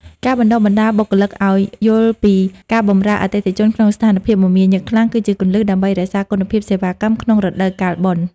ការបណ្តុះបណ្តាលបុគ្គលិកឱ្យយល់ពីការបម្រើអតិថិជនក្នុងស្ថានភាពមមាញឹកខ្លាំង គឺជាគន្លឹះដើម្បីរក្សាគុណភាពសេវាកម្មក្នុងរដូវកាលបុណ្យ។